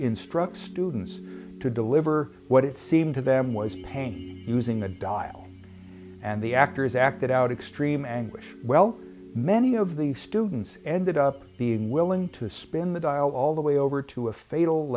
instruct students to deliver what it seemed to them was painted using the dial and the actors acted out extreme anguish well many of the students ended up being willing to spin the dial all the way over to a fatal